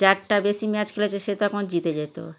যারটা বেশি ম্যাচ খেলেছে সে তখন জিতে যেত